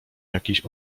jakiś